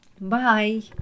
Bye